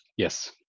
Yes